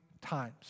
times